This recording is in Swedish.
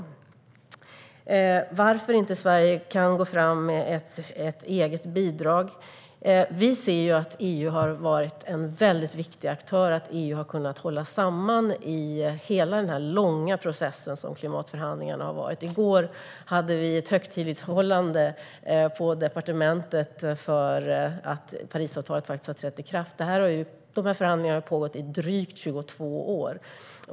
Jens Holm frågar varför Sverige inte kan gå fram med ett eget bidrag. Vi ser att EU har varit en viktig aktör och kunnat hålla samman under hela den långa process som klimatförhandlingarna har varit. I går hade vi ett högtidlighållande på departementet av att Parisavtalet faktiskt har trätt i kraft. De här förhandlingarna har pågått i drygt 22 år.